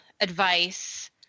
advice